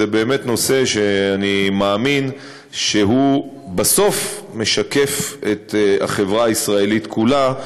זה באמת נושא שאני מאמין שהוא בסוף משקף את החברה הישראלית כולה.